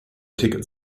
ticket